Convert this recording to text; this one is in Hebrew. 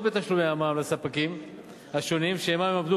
בתשלומי מע"מ לספקים השונים שעמם הן עבדו,